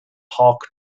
hawk